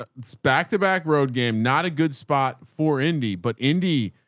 it's back to back road, game, not a good spot for indie, but indy.